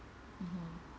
mmhmm